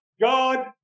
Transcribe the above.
God